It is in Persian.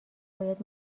باید